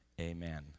amen